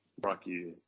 rocky